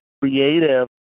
creative